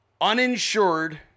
uninsured